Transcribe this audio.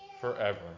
forever